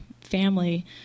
family